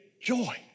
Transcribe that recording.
joy